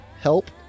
help